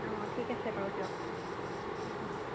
অঁ ঠিক আছে বাৰু দিয়ক